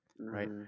right